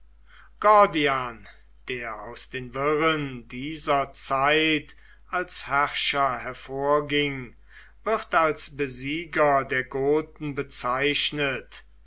der aus den wirren dieser zeit als herrscher hervorging wird als besieger der goten bezeichnet